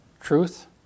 truth